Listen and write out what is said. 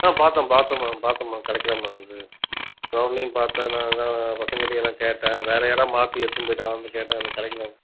ஆ பார்த்தேன் பார்த்தேன் மேம் பார்த்தேன் மேம் கிடைக்கல மேம் இது மார்னிங் பார்த்தேன் நான் அதான் பசங்கட்டேயும் எல்லார்ட்டேயும் கேட்டேன் வேறு யாராவது மாற்றி எடுத்துட்டு போய்ட்டாங்களான்னு கேட்டேன் அது கிடைக்கல மேம்